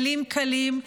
כלים קלים,